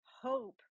hope